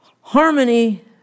harmony